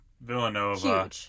Villanova